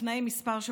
לפני כמה שבועות,